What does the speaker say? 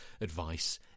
advice